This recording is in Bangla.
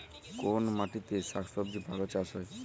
কোন মাটিতে শাকসবজী ভালো চাষ হয়?